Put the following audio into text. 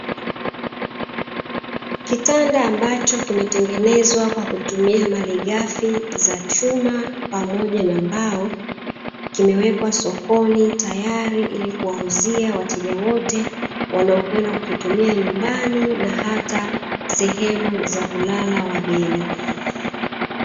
Kitanda ambacho kimetengenzwa kwa kutumia maligafi za chuma pamoja na mbao, kimewekwa sokoni tayari ili kuwauzia wateja wote wanaokwenda kukitumia nyumbani na hata sehemu za kulala wageni.